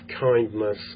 kindness